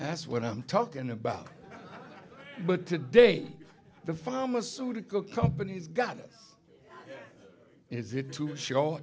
that's what i'm talking about but today the pharmaceutical companies got this is it to show